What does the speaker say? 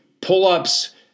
pull-ups